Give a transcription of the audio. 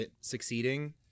succeeding